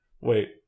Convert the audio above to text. Wait